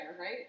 right